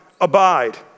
abide